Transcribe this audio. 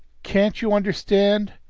can't you understand?